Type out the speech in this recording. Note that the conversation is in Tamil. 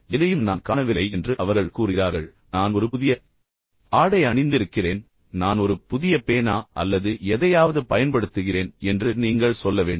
எதையும் நான் காணவில்லை என்று அவர்கள் கூறுகிறார்கள் எனவே நான் ஒரு புதிய ஆடை அணிந்திருக்கிறேன் அல்லது நான் ஒரு புதிய பேனா அல்லது எதையாவது பயன்படுத்துகிறேன் என்று நீங்கள் சொல்ல வேண்டும்